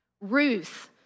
Ruth